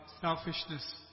selfishness